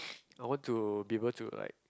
I want to be able to like